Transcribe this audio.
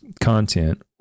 content